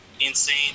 insane